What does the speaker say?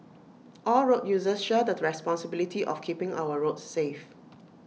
all road users share the responsibility of keeping our roads safe